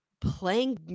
playing